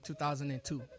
2002